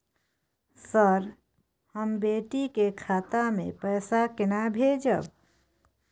Sir, हम बेटी के खाता मे पैसा केना भेजब?